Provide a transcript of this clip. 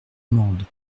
mende